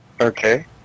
Okay